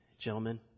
gentlemen